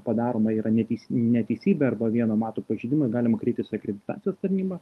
padaroma yra neteis neteisybė arba vieno mato pažeidimui galima kreiptis į akreditacijos tarnybą